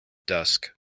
dusk